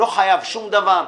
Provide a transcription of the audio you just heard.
חייב שום דבר.